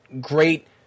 great